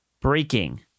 breaking